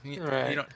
Right